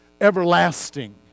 everlasting